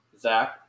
Zach